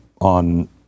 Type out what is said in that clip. on